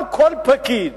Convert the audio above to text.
גם כל פקיד,